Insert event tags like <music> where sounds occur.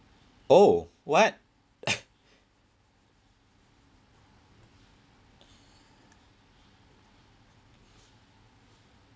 oh what <noise>